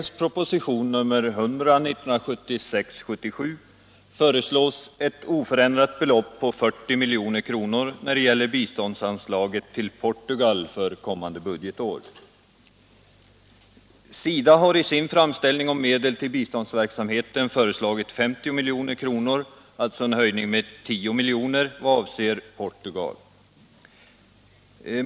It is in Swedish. SIDA har i sin framställning om medel till biståndsverksamheten föreslagit 50 milj.kr., alltså en höjning med 10 miljoner i vad avser Portugal.